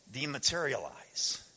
dematerialize